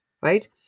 right